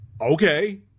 okay